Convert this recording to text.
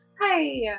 Hi